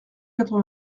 quatre